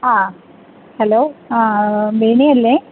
ആ ഹലോ ആ ബീനയല്ലേ